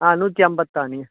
ஆ நூற்றி ஐம்பது தான்